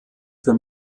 für